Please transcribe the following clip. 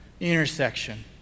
intersection